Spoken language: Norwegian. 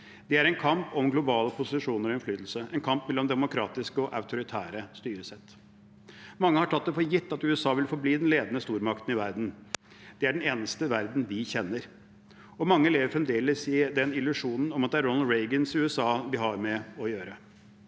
Det er en kamp om globale posisjoner og innflytelse, en kamp mellom demokratiske og autoritære styresett. Mange har tatt for gitt at USA vil forbli den ledende stormakten i verden. Det er den eneste verden vi kjenner, og mange lever fremdeles i illusjonen om at det er Ronald Reagans USA vi har med å gjøre.